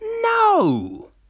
No